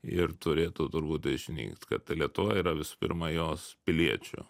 ir turėtų turbūt išnykt kad lietuvoje yra visų pirma jos piliečio